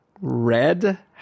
red